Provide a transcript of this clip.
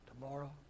tomorrow